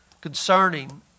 Concerning